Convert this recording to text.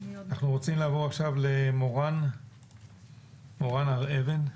אנחנו רוצים לעבור עכשיו למורן הר אבן.